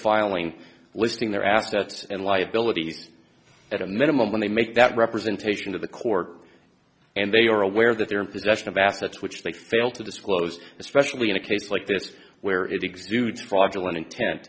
filing listening their assets and liabilities at a minimum when they make that representation to the court and they are aware that they are in possession of assets which they fail to disclose especially in a case like this where it exudes fraudulent intent